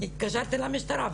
והתקשרתי למשטרה.